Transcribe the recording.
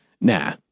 Nah